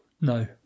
No